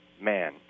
man